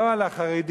לא על החרדים,